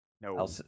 no